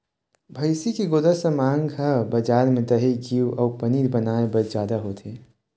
भइसी के गोरस के मांग ह बजार म दही, घींव अउ पनीर बनाए बर जादा होथे